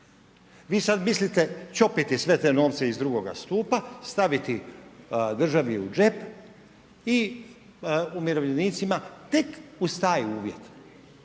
Vi sad mislite čopiti sve te novce iz II. stupa, staviti državi u džep i umirovljenicima tek uz taj uvjet